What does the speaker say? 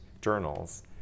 journals